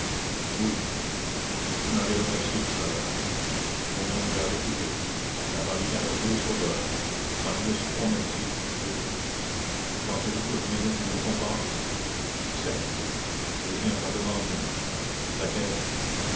oui vous m'avez remercié tout à l'heure au nom de la république la barricade a deux sauveurs marius pontmercy et vous pensez-vous que je mérite une récompense certes eh bien j'en demande une laquelle